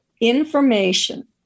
information